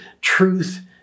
truth